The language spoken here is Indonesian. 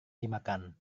dimakan